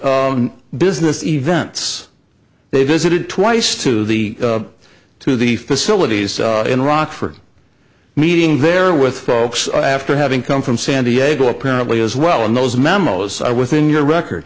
business events they visited twice to the to the facilities in iraq for a meeting there with folks after having come from san diego apparently as well in those memos within your record